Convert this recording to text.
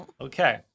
Okay